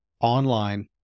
online